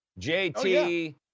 JT